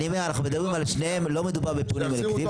אנחנו מדברים על שני מקרים שהם לא פינויים אלקטיביים,